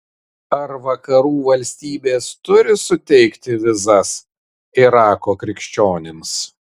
ar vakarų valstybės turi suteikti vizas irako krikščionims